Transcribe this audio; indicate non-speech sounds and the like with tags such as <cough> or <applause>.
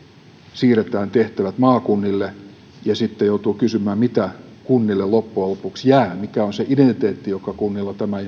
siirretään tehtävät maakunnille ja sitten joutuu kysymään mitä kunnille loppujen lopuksi jää mikä on se identiteetti joka kunnilla tämän <unintelligible>